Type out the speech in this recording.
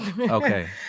Okay